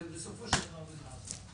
ובסופו של דבר זה נעשה.